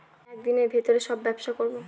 এক দিনের ভিতরে সব ব্যবসা করবো